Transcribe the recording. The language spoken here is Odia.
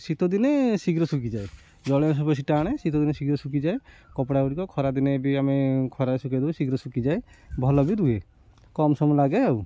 ଶୀତଦିନେ ଶୀଘ୍ର ସୁଖିଯାଏ ଜଳୀୟ ବେଶି ଟାଣେ ସେହିଯୋଗୁ ରୁ ଶୀଘ୍ର ଶୁଖିଯାଏ କପଡ଼ା ଗୁଡ଼ିକ ଖରାଦିନେ ବି ଆମେ ଖରା ଶୁଖେଇ ଦଉ ଶୀଘ୍ର ଶୁଖିଯାଏ ଭଲ ବି ରୁହେ କମ ସମୟ ଲାଗେ ଆଉ